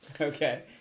Okay